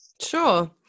Sure